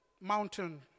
mountain